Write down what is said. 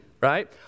right